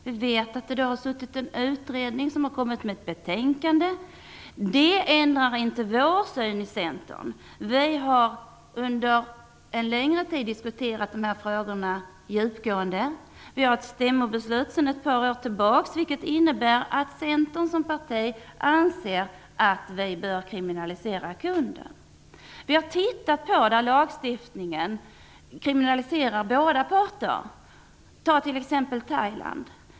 Vi vet att det har suttit en utredning som har kommit med ett betänkande. Det ändrar inte vår syn i Centern. Vi har under en längre tid diskuterat dessa frågor djupgående. Vi har ett stämmobeslut sedan ett par år tillbaks. Det innebär att Centern som parti anser att vi bör kriminalisera kunden. Vi har tittat på länder där lagstiftningen kriminaliserar båda parter, t.ex. Thailand.